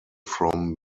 from